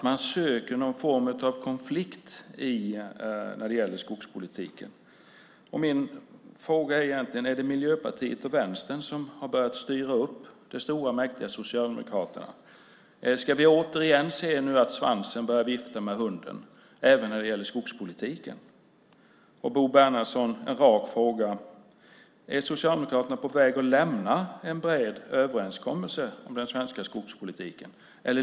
Man söker någon form av konflikt när det gäller skogspolitiken. Min fråga är egentligen: Är det Miljöpartiet och Vänstern som har börjat styra upp det stora mäktiga partiet Socialdemokraterna? Ska vi nu återigen se att svansen börjar vifta med hunden även när det gäller skogspolitiken? Jag ska ställa en rak fråga till Bo Bernhardsson. Är Socialdemokraterna på väg att lämna en bred överenskommelse om den svenska skogspolitiken?